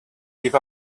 give